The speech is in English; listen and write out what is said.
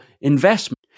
investment